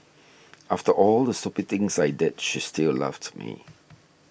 after all the stupid things I did she still loved me